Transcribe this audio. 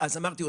אז אמרתי,